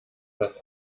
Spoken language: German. das